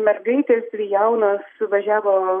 mergaitės dvi jaunos važiavo